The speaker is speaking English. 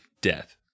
death